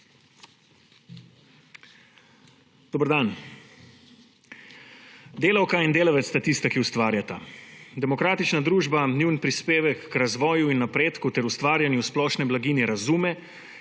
Dober dan! Delavka in delavec sta tista, ki ustvarjata. Demokratična družba njun prispevek k razvoju in napredku ter ustvarjanju splošne blaginje razume